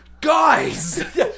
guys